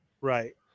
right